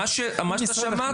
מה ששמעת.